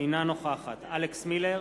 אינה נוכחת אלכס מילר,